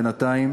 בינתיים,